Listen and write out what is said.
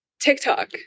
TikTok